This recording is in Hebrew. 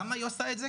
למה היא עושה את זה?